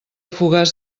fogars